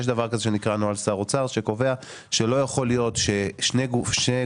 יש דבר כזה שנקרא נוהל שר אוצר שקובע שלא יכול להיות ששני גופים